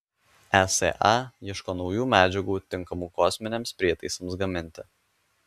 esa ieško naujų medžiagų tinkamų kosminiams prietaisams gaminti